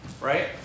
right